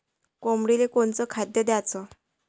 कोंबडीले कोनच खाद्य द्याच?